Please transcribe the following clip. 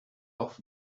off